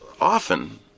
often